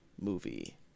movie